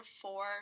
four